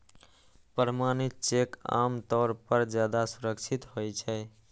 प्रमाणित चेक आम तौर पर ज्यादा सुरक्षित होइ छै